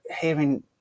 hearing